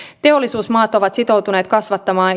teollisuusmaat ovat sitoutuneet kasvattamaan